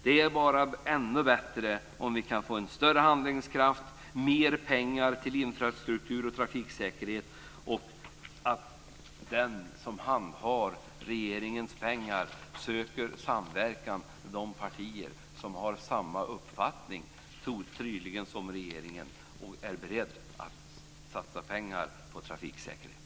Det är ännu bättre om vi kan få större handlingskraft och mer pengar till infrastruktur och trafiksäkerhet och om den som handhar regeringens pengar söker samverkan med de partier som har samma uppfattning som regeringen och är beredda att satsa pengar på trafiksäkerheten.